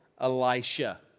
Elisha